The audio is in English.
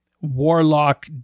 warlock